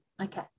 okay